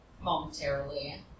momentarily